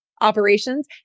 operations